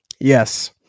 Yes